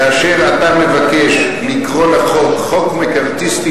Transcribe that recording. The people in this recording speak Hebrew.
כאשר אתה מבקש לקרוא לחוק "חוק מקארתיסטי